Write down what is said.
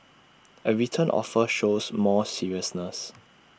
A written offer shows more seriousness